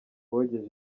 bogeje